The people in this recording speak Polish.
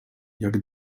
jak